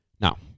Now